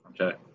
Okay